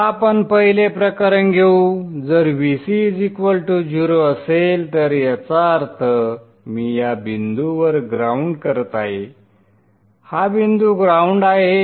आता आपण पहिले प्रकरण घेऊ जर Vc 0 असेल तर याचा अर्थ मी या बिंदूवर ग्राउंड करत आहे हा बिंदू ग्राउंड आहे